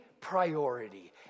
priority